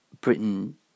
Britain